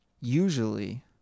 usually